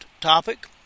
topic